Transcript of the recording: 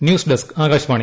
news desk Akashvani